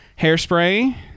hairspray